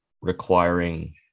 requiring